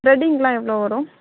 த்ரெடிங்கெலாம் எவ்வளோ வரும்